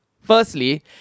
Firstly